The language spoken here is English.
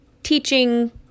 teaching